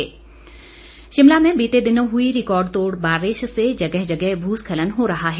मौसम शिमला में बीते दिनों हुई रिकॉर्ड तोड़ बारिश से जगह जगह भूस्खलन हो रहा है